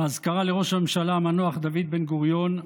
באזכרה לראש הממשלה המנוח דוד בן-גוריון,